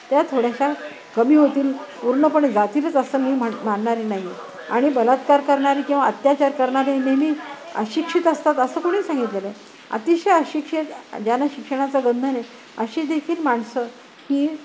त्या थोड्याशा कमी होतील पूर्णपणे जातीलच असं मी म्ह मानणारी नाही आणि बलात्कार करणारी किंवा अत्याचार करणारीे नेहमी अशिक्षित असतात असं कोणी सांगितलंय अतिशय अशिक्षित ज्यांना शिक्षणाचं गंध नाही अशीे देेखील माणसं ही